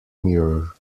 mirror